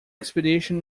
expedition